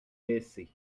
baissé